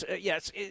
Yes